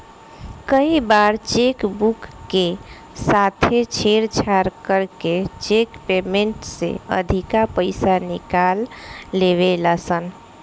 कई बार cheque book के साथे छेड़छाड़ करके चेक पेमेंट से अधिका पईसा निकाल लेवे ला सन